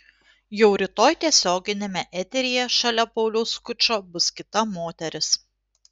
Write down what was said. jau rytoj tiesioginiame eteryje šalia pauliaus skučo bus kita moteris